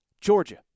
Georgia